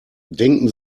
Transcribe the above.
denken